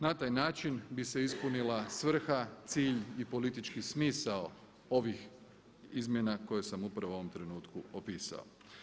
Na taj način bi se ispunila svrha, cilj i politički smisao ovih izmjena koje sam upravo u ovom trenutku opisao.